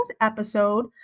episode